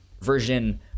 version